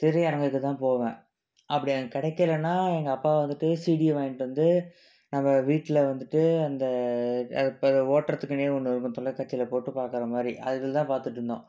திரையரங்குக்கு தான் போவேன் அப்படி அங்கே கிடைக்கலனா எங்கள் அப்பாவை வந்துட்டு சீடியை வாங்கிட்டு வந்து நம்ம வீட்டில் வந்துட்டு அந்த இப்போ ஓட்டுறத்துக்குனே ஒன்று இருக்கும் தொலைக்காட்சியில் போட்டு பார்க்குற மாதிரி அதில் தான் பார்த்துட்ருந்தோம்